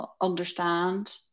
understand